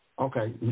Okay